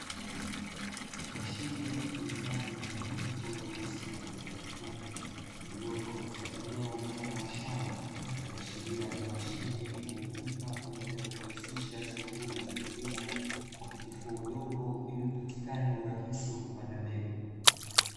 Mashine yenye rangi mchanganyiko nyeusi pamoja na nyekundu, iliyopo katika eneo la mfano wa shamba kuashiria ni mashine inayotumika kwa ajili ya kurahisisha shughuli za kilimo kwa kutifua udongo ili upatikane urahisi wa kupanda mbegu.